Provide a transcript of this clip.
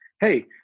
hey